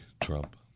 Trump